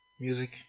Music